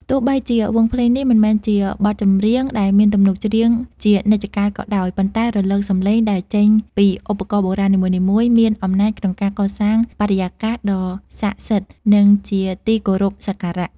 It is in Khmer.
ទោះបីជាវង់ភ្លេងនេះមិនមែនជាបទចម្រៀងដែលមានទំនុកច្រៀងជានិច្ចកាលក៏ដោយ ប៉ុន្តែរលកសម្លេងដែលចេញពីឧបករណ៍បុរាណនីមួយៗមានអំណាចក្នុងការកសាងបរិយាកាសដ៏ស័ក្តិសិទ្ធិ និងជាទីគោរពសក្ការៈ។